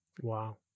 Wow